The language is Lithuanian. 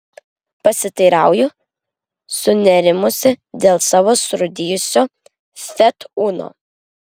pasiteirauju sunerimusi dėl savo surūdijusio fiat uno